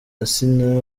asinah